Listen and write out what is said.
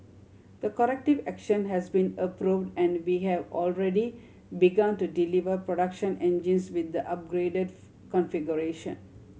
the corrective action has been approved and we have already begun to deliver production engines with the upgraded configuration